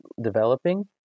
developing